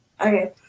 okay